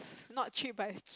not cheap but is